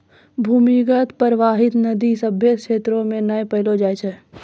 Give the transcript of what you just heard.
भूमीगत परबाहित नदी सभ्भे क्षेत्रो म नै पैलो जाय छै